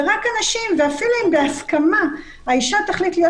ואפילו אם בהסכמה האישה תחליט להיות